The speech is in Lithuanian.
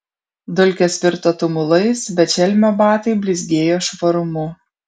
dulkės virto tumulais bet šelmio batai blizgėjo švarumu